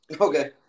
Okay